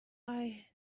i—i